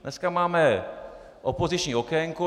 Dneska máme opoziční okénko.